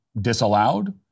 disallowed